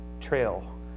trail